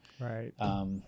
Right